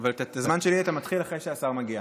אבל את הזמן שלי אתה מתחיל אחרי שהשר יגיע.